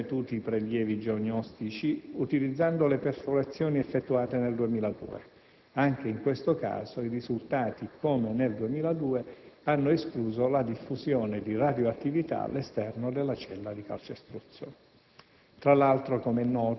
Sono stati, infine, ripetuti i rilievi geognostici utilizzando le perforazioni effettuate nel 2002. Anche in questo caso i risultati, come nel 2002, hanno escluso la diffusione di radioattività all'esterno della cella di calcestruzzo.